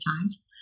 Times